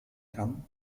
kann